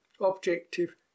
Objective